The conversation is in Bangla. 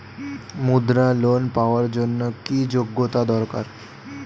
মুদ্রা লোন পাওয়ার জন্য কি যোগ্যতা দরকার?